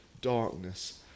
darkness